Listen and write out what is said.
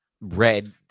red